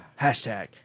Hashtag